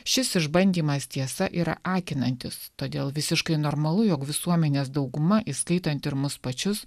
šis išbandymas tiesa yra akinantis todėl visiškai normalu jog visuomenės dauguma įskaitant ir mus pačius